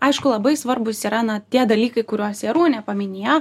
aišku labai svarbūs yra na tie dalykai kuriuos jarūnė paminėjo